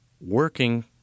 working